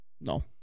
No